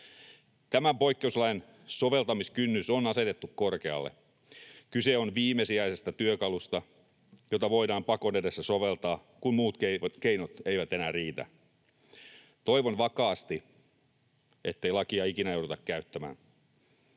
Tämän poikkeuslain soveltamiskynnys on asetettu korkealle. Kyse on viimesijaisesta työkalusta, jota voidaan pakon edessä soveltaa, kun muut keinot eivät enää riitä. Toivon vakaasti, ettei lakia ikinä jouduta käyttämään.